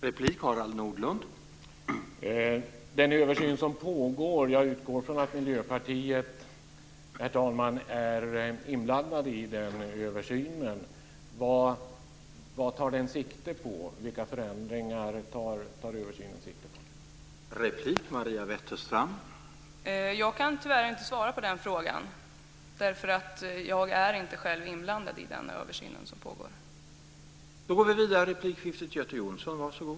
Herr talman! Jag utgår ifrån att Miljöpartiet är inblandat i den översyn som pågår. Vilka förändringar tar den sikte på?